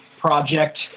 project